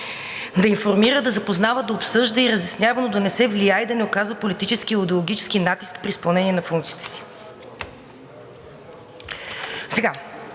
Да информира, да запознава, да обсъжда и да разяснява, но да не се влияе и да не оказва политически и идеологически натиск при изпълнение на функциите си.